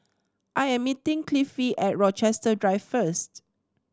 I am meeting Cliffie at Rochester Drive first